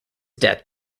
death